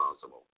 possible